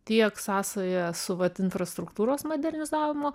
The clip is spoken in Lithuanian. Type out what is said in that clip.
tiek sąsaja su vat infrastruktūros modernizavimu